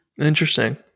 Interesting